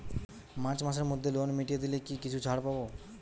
March মাসের মধ্যে loan মিটিয়ে দিলে কি কিছু ছাড় পাব?